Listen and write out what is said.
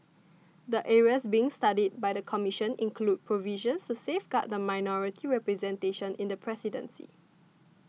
the areas being studied by the Commission include provisions to safeguard minority representation in the presidency